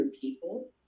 people